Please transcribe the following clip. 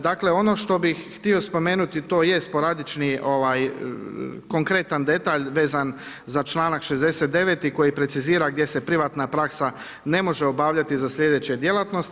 Dakle, ono što bih htio spomenuti to jest sporadični, konkretan detalj veza za članak 69. koji precizira gdje se privatna praksa ne može obavljati za slijedeće djelatnosti.